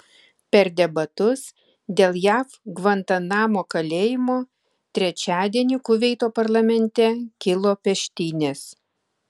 per debatus dėl jav gvantanamo kalėjimo trečiadienį kuveito parlamente kilo peštynės